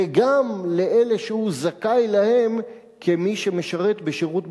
וגם לאלה שהוא זכאי להם כמי שמשרת בשירות בתי-הסוהר.